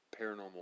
Paranormal